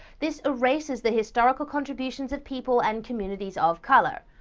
this erases the historical contributions of people and communities of color.